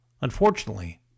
Unfortunately